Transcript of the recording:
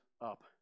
up